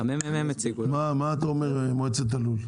מה אתה אומר מועצת הלול?